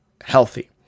healthy